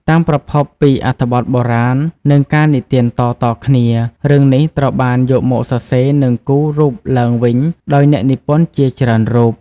តាមប្រភពពីអត្ថបទបុរាណនិងការនិទានតៗគ្នា រឿងនេះត្រូវបានយកមកសរសេរនិងគូររូបឡើងវិញដោយអ្នកនិពន្ធជាច្រើនរូប។